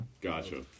Gotcha